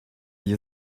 you